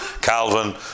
Calvin